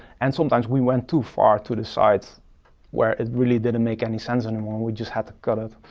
and sometimes we went too far to the sides where it really didn't make any sense anymore, we just had to cut it.